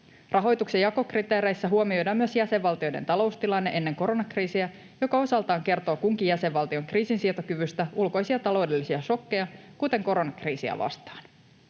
Rahoituksen jakokriteereissä huomioidaan myös jäsenvaltioiden taloustilanne ennen koronakriisiä, joka osaltaan kertoo kunkin jäsenvaltion kriisinsietokyvystä ulkoisia taloudellisia šokkeja, kuten koronakriisiä, vastaan.